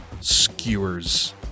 skewers